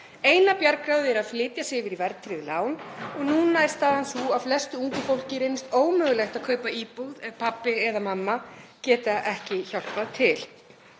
Eina bjargráðið er að flytja sig yfir í verðtryggð lán og núna er staðan sú að flestu ungu fólki reynist ómögulegt að kaupa íbúð ef pabbi eða mamma geta ekki hjálpað til.